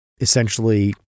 essentially